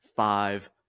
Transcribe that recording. five